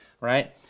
right